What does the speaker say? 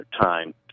time